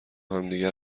همدیگه